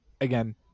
again